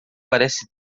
parece